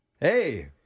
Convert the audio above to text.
Hey